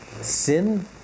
sin